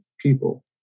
people